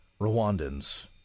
Rwandans